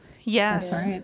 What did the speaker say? Yes